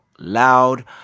loud